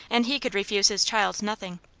and he could refuse his child nothing.